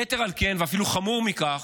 יתר על כן, ואפילו חמור מכך,